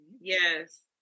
yes